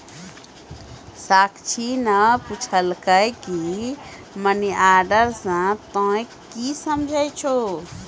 साक्षी ने पुछलकै की मनी ऑर्डर से तोंए की समझै छौ